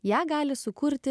ją gali sukurti